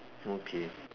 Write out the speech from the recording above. okay